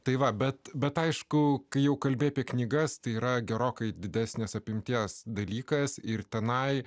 tai va bet bet aišku kai jau kalbėti apie knygas tai yra gerokai didesnės apimties dalykas ir tenai